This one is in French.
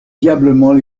diablement